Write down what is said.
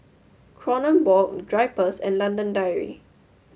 Kronenbourg Drypers and London Dairy